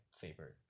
favorite